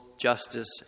justice